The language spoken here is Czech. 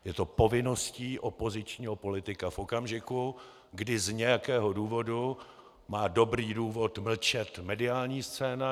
Je to povinností opozičního politika v okamžiku, kdy z nějakého důvodu má dobrý důvod mlčet mediální scéna.